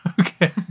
Okay